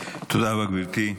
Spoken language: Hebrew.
תודה רבה, גברתי.